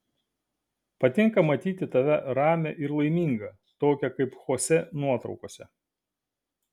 patinka matyti tave ramią ir laimingą tokią kaip chosė nuotraukose